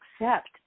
accept